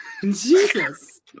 Jesus